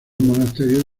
monasterio